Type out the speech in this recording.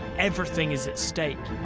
everything is at stake.